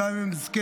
גם אם הם זקנים,